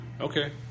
Okay